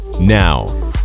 Now